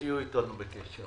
תהיו אתנו בקשר.